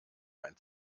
ein